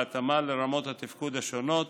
בהתאמה לרמות התפקוד השונות